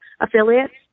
affiliates